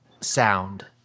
sound